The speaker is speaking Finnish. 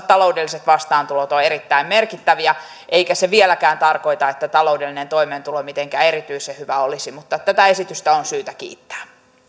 taloudelliset vastaantulot ovat erittäin merkittäviä eikä se vieläkään tarkoita että taloudellinen toimeentulo mitenkään erityisen hyvä olisi mutta tätä esitystä on syytä kiittää